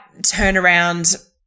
turnaround